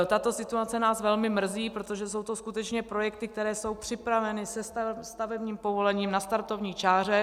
Tato situace nás velmi mrzí, protože jsou to skutečně projekty, které jsou připraveny, se stavebním povolením, na startovní čáře.